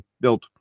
built